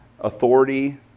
authority